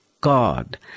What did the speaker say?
God